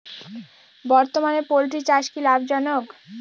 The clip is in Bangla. বর্তমানে পোলট্রি চাষ কি লাভজনক?